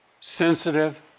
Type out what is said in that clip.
sensitive